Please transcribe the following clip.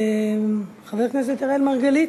חבר הכנסת אראל מרגלית,